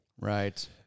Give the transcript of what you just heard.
Right